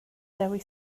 dewi